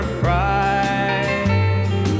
pride